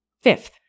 Fifth